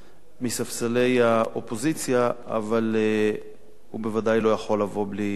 מספסלי האופוזיציה אבל הוא בוודאי לא יכול לבוא בלי הידברות.